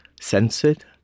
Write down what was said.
censored